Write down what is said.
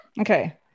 Okay